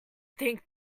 think